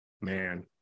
Man